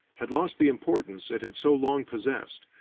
had lost the importance it had so long possessed,